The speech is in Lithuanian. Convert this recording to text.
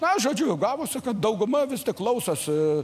na žodžiu gavosi kad dauguma vis tik klausosi